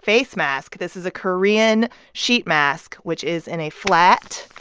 face mask. this is a korean sheet mask, which is in a flat,